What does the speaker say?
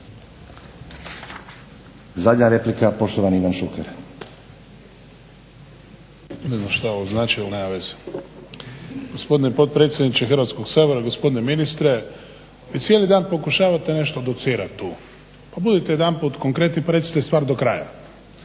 Zadnja replika, poštovani Ivan Šuker.